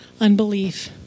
unbelief